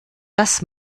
das